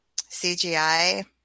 CGI